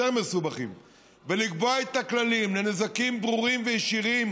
להסברה של מדינת ישראל.